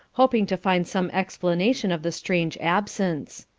hoping to find some explanation of the strange absence.